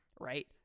Right